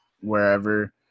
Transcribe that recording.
wherever –